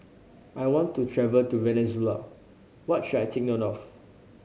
I want to travel to Venezuela what should I take note of